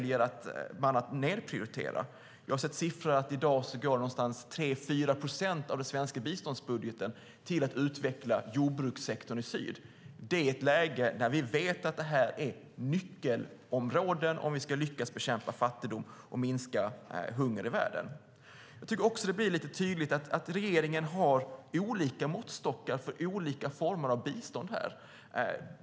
Jag har sett att 3-4 procent av den svenska biståndsbudgeten i dag går till att utveckla jordbrukssektorn i syd, detta i ett läge när vi vet att det här är nyckelområden om vi ska lyckas bekämpa fattigdom och minska hunger i världen. Det blir också tydligt att regeringen har olika måttstockar för olika former av bistånd.